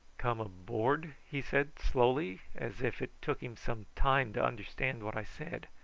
come aboard? he said slowly, as if it took him some time to understand what i said.